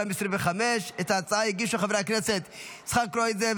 2025. את ההצעה הגישו חברי הכנסת יצחק קרויזר,